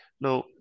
Now